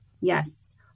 Yes